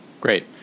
Great